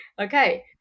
Okay